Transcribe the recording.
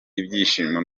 ibyishimo